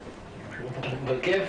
השוטרים